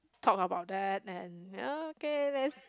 talk about that and ya okay let's